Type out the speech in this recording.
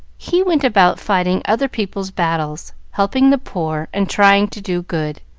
he went about fighting other people's battles, helping the poor, and trying to do good.